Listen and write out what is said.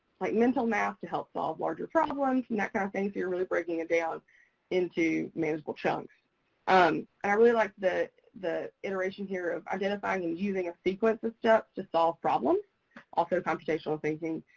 like mental math to help solve larger problems and that kind of thing, so you're really breaking it down into manageable chunks. and um i really like the the iteration here of identifying and using a sequence of steps to solve problems also computational thinking.